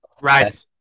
Right